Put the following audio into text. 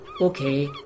okay